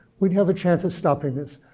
we'd have a chance of stopping this.